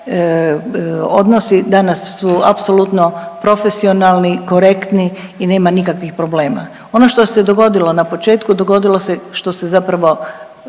odnosi danas su apsolutno profesionalni, korektni i nema nikakvih problema. Ono što se dogodilo na početku dogodilo se što se zapravo,